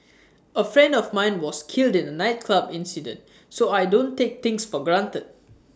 A friend of mine was killed in A nightclub incident so I don't take things for granted